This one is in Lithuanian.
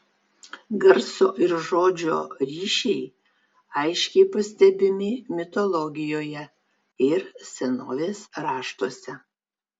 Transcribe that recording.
garso ir žodžio ryšiai aiškiai pastebimi mitologijoje ir senovės raštuose